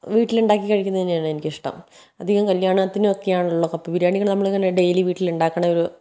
വീട്ടിലുണ്ടാക്കി കഴിക്കുന്നത് തന്നെയാണ് എനിക്കിഷ്ടം അധികം കല്ല്യാണത്തിനൊക്കെയാണല്ലോ കപ്പ ബിരിയാണികൾ നമ്മളിങ്ങനെ ഡെയ്ലി വീട്ടിലുണ്ടാക്കണ ഒരു